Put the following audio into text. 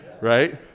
Right